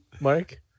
Mike